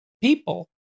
people